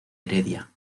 heredia